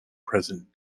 present